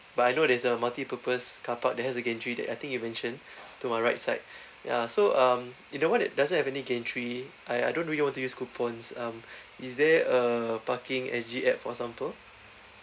but I know there's a multipurpose car park that has a gantry that I think you mentioned to my right side yeah so um in the one that doesn't have any gantry I I don't really want to use coupons um is there a parking S_G app for example